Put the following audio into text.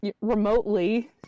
remotely